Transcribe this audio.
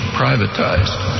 privatized